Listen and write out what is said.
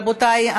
רבותיי,